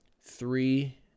three